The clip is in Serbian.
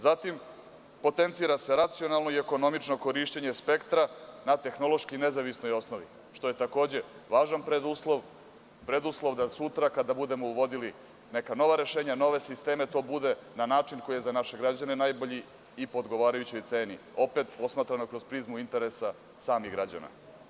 Zatim, potencira se racionalno i ekonomično korišćenje spektra na tehnološki nezavisnoj osnovi, što je takođe važan preduslov, preduslov da sutra kada budemo uvodili neka nova rešenja, nove sisteme, to bude na način koji je za naše građane najbolji i po odgovarajućoj ceni, opet posmatrano kroz prizmu interesa samih građana.